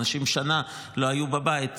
אנשים לא היו בבית שנה,